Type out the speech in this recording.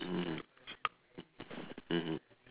mmhmm mm mmhmm